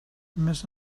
més